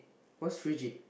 what's fidget